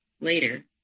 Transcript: later